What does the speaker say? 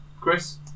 Chris